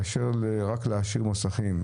רק להעשיר מוסכים.